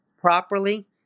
properly